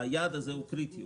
היעד הזה הוא קריטי,